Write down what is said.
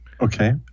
Okay